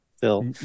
Phil